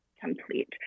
complete